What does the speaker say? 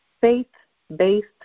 faith-based